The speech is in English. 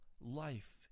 life